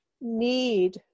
need